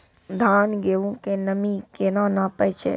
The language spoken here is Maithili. धान, गेहूँ के नमी केना नापै छै?